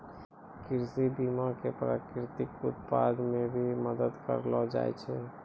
कृषि बीमा मे प्रकृतिक आपदा मे भी मदद करलो जाय छै